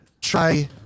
try